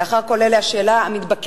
לאחר כל אלה השאלה המתבקשת,